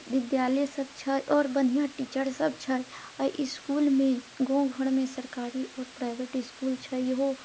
विद्यालय सब छै आओर बढ़िआँ टीचर सब छै आओर अइ इसकुलमे गाँव घरमे सरकारी आओर प्राइवेट इसकुल छैहो